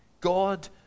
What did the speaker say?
God